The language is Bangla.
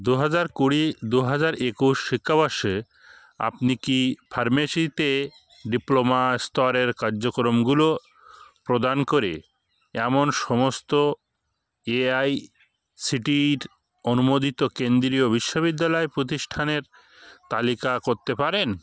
দুহাজার কুড়ি দুহাজার একুশ শিক্ষাবর্ষে আপনি কি ফার্মেসিতে ডিপ্লোমা স্তরের কার্যক্রমগুলো প্রদান করে এমন সমস্ত এআইসিটিইর অনুমোদিত কেন্দ্রীয় বিশ্ববিদ্যালয় প্রতিষ্ঠানের তালিকা করতে পারেন